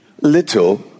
little